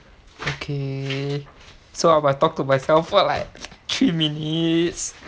okay so I will talk to myself for like three minutes